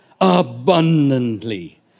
abundantly